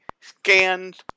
scans